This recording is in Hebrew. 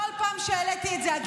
בכל פעם שהעליתי את זה,